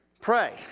pray